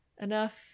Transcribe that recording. enough